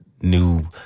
new